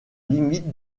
limite